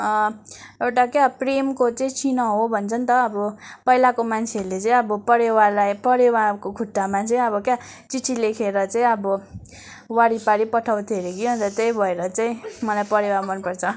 एउटा क्या प्रेमको चाहिँ चिह्न हो भन्छ नि त अब पहिलाको मान्छेहरूले चाहिँ अब परेवालाई परेवाको खुट्टामा चाहिँ अब क्या चिठी लेखेर चाहिँ अब वारिपारि पठाउँथ्यो अरे कि अन्त त्यही भएर चाहिँ मलाई परेवा मनपर्छ